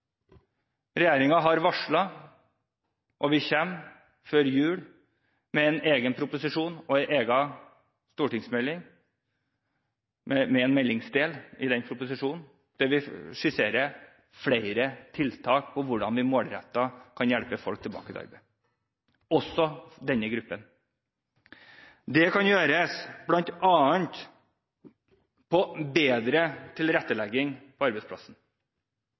har varslet og kommer før jul med en egen proposisjon og en egen stortingsmelding med en meldingsdel – i den proposisjonen – der vi skisserer flere tiltak til hvordan vi målrettet kan hjelpe folk tilbake til arbeidet. Det gjelder også denne gruppen. Det kan gjøres bl.a. med bedre tilrettelegging på arbeidsplassen,